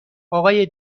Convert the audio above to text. آقای